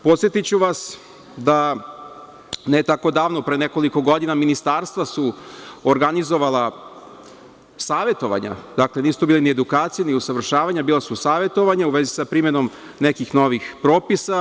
Podsetiću vas da ne tako davno, pre nekoliko godina, ministarstva su organizovala savetovanja, dakle, nisu to bile ni edukacije, ni usavršavanja, bila su savetovanja u vezi sa primenom nekih novih propisa.